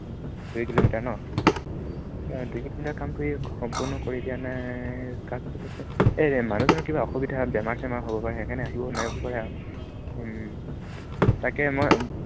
দুই কিলোমিটাৰ নহ্ দুই কিলোমিটাৰ কামটো ই সম্পূৰ্ণ কৰি দিয়া নাই কাক দিলে এই মানুহজনৰ কিবা অসুবিধা বেমাৰ চেমাৰ হ'ব পাৰে সেইকাৰণে আহিবও নোৱাৰিব পাৰে আৰু তাকে মই